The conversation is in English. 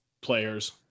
players